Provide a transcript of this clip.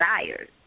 desires